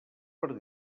per